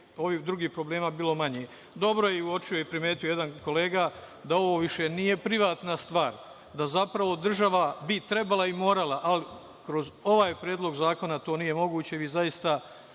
ovih drugih problema bilo manje. Dobro je primetio i uočio jedan kolega da ovo više nije privatna stvar, da zapravo država bi trebala i morala, ali kroz ovaj predlog zakona to nije moguće i vi zaista